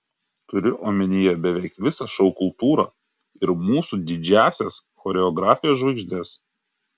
turiu omenyje beveik visą šou kultūrą ir mūsų didžiąsias choreografijos žvaigždes